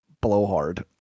blowhard